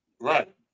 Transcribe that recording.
Right